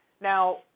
Now